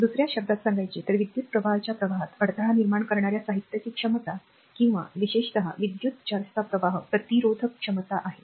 दुसर्या शब्दांत सांगायचे तर विद्युत् प्रवाहाच्या प्रवाहात अडथळा निर्माण करणार्या साहित्यांची क्षमता किंवा विशेषतः विद्युत चार्जचा प्रवाह प्रतिरोधक क्षमता आहे